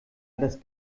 das